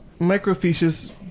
microfiches